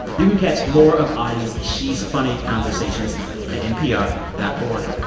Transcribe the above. you can catch more of audie's she's funny conversations at npr dot org.